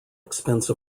expense